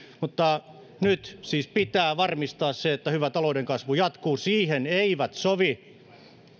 mutta nyt siis pitää varmistaa se että hyvä talouden kasvu jatkuu siihen eivät sovi